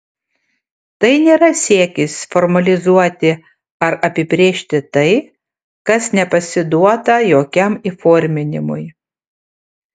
tai nėra siekis formalizuoti ar apibrėžti tai kas nepasiduota jokiam įforminimui